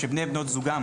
שבני בנות זוגם